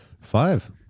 Five